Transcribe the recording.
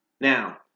now